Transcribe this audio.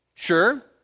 Sure